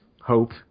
hope